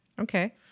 Okay